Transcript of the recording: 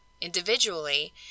individually